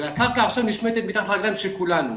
הקרקע עכשיו נשמטת מתחת לרגליים של כולנו.